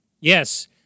Yes